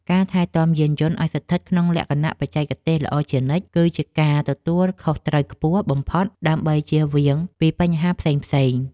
ការថែទាំយានយន្តឱ្យស្ថិតក្នុងលក្ខណៈបច្ចេកទេសល្អជានិច្ចគឺជាការទទួលខុសត្រូវខ្ពស់បំផុតដើម្បីជៀសវាងពីបញ្ហាផ្សេងៗ។